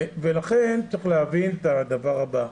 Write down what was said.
לכן צריך להבין את הדבר הבא: